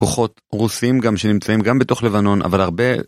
כוחות רוסיים גם שנמצאים גם בתוך לבנון אבל הרבה.